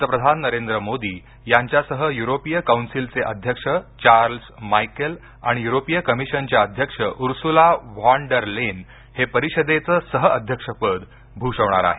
पंतप्रधान नरेंद्र मोदी यांच्यासह युरोपीय कौन्सिलचे अध्यक्ष चार्लस मायकेल आणि युरोपीय कमिशनच्या अध्यक्ष उर्सुला व्हॉन डर लेन हे परिषदेचं सहअध्यक्षपद भूषवणार आहेत